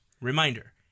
reminder